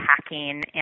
hacking